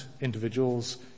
individuals